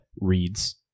reads